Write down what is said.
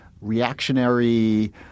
reactionary